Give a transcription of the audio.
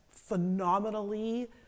phenomenally